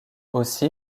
aussi